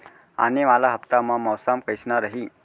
आने वाला हफ्ता मा मौसम कइसना रही?